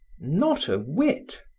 not a whit.